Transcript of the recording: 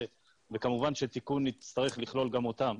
וכמובן שתיקון יצטרך לכלול גם אותם.